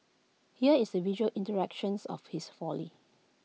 here is the visual iterations of his folly